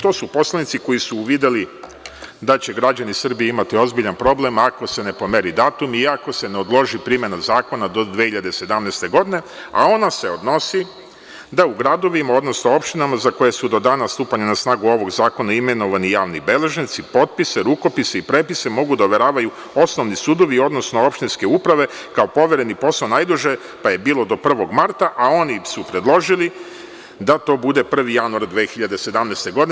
To su poslanici koji su uvideli da će građani Srbije imati ozbiljan problem ako se ne pomeri datum i ako se ne odloži primena zakona do 2017. godine, a ono se odnosi da u gradovima, odnosno opštinama za koje su do danas stupanja na snagu ovog zakona imenovani javni beležnici, potpise, rukopise i prepise mogu da overavaju osnovni sudovi, odnosno opštinske uprave kao povereni posao najduže pa je bilo do 1. marta, a oni su predložili da to bude 1. januar 2017. godine.